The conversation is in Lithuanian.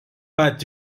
pat